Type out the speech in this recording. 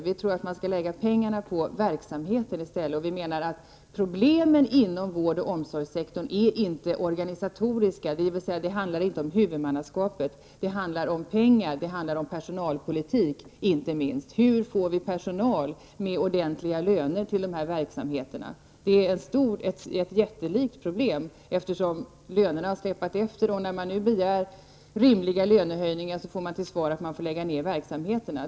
Vi anser att pengarna i stället bör läggas på verksamheten. Problemen inom vård och omsorgssektorn är inte organisatoriska. Det handlar inte om huvudmannaskapet utan om pengar och inte minst om personalpolitiken. Det handlar om hur vi genom ordentliga löner kan se till att vi får personal till dessa verksamheter. Det är ett jättelikt problem, eftersom lönerna släpar efter. När personalen nu begär rimliga löner, får man till svar att verksamheterna i så fall får läggas ned.